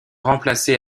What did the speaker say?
remplacés